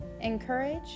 encourage